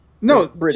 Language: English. No